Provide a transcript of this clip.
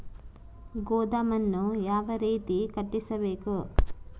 ಗೋದಾಮನ್ನು ಯಾವ ರೇತಿ ಕಟ್ಟಿಸಬೇಕು?